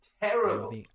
terrible